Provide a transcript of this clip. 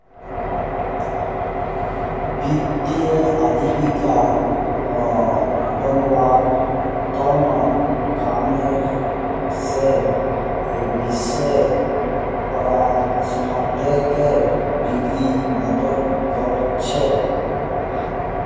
वित्तीय आजीविका बनव्वार त न कॉमर्सेर विषयत परास्नातकेर डिग्री मदद कर छेक